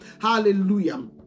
Hallelujah